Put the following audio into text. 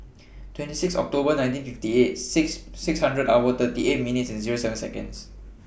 twenty six October nineteen fifty eight six six hundred hour thirty eight minutes and Zero seven Seconds